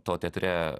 to teatre